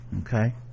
okay